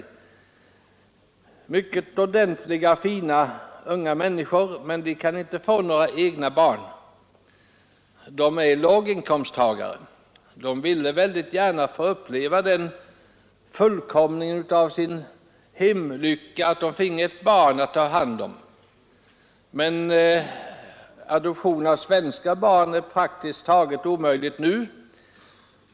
Det gäller två mycket ordentliga, fina, unga människor, som inte kan få några egna barn. De är låginkomsttagare. De vill väldigt gärna få uppleva den fullkomning av sin hemlycka som det innebär att få ett barn att ta hand om. Men att adoptera svenska barn är praktiskt taget omöjligt nu.